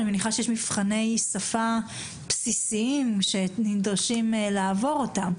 אני מניחה שיש מבחני שפה בסיסיים שנדרשים לעבור אותם.